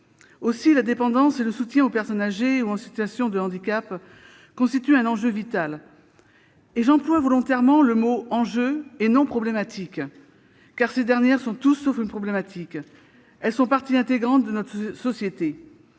Aussi, la dépendance et le soutien aux personnes âgées ou en situation de handicap constituent un enjeu vital. J'emploie volontairement le mot « enjeu », et non « problématique », car ces questions sont tout sauf une problématique. Elles sont partie intégrante de notre société.